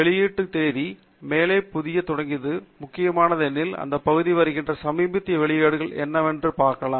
வெளியீட்டு தேதி மேலே புதியது தொடங்கி முக்கியமானது ஏனெனில் இந்த பகுதியில் வருகிற சமீபத்திய வெளியீடு என்னவென்று நீங்கள் பார்க்கலாம்